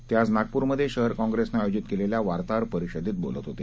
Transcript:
ते आज नागप्रमध्ये शहर काँप्रेसनं आयोजित केलेल्या वार्ताहर परिषदेत बोलत होते